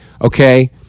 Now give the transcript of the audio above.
Okay